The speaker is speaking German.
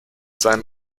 seinen